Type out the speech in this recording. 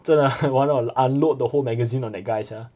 真的 !walao! unload the whole magazine on that guy sia